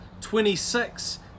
26